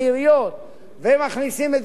בכל הביורוקרטיה הזאת פתאום